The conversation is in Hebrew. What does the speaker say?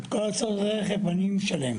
את כל הוצאות הרכב אני משלם.